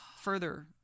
further